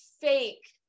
fake